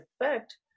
effect